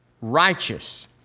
righteous